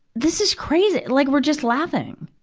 this is crazy. like, we're just laughing.